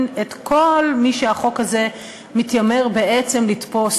את כל מי שהחוק הזה מתיימר בעצם לתפוס,